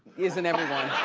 isn't everyone?